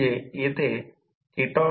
05 Ω आणि 0